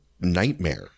nightmare